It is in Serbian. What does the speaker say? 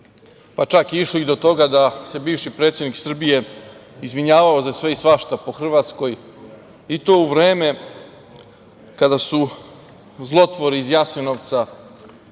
pa čak išli i do toga da se bivši predsednik Srbije, izvinjavao za sve i svašta po Hrvatskoj, i to u vreme kada su zlotvori iz Jasenovca,